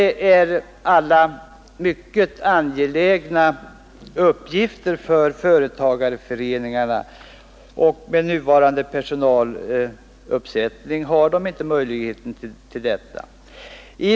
Allt detta är mycket angelägna uppgifter, som företagarföreningarna med nuvarande personaluppsättning inte har möjlighet att fullgöra.